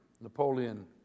Napoleon